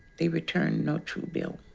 they returned no true bill.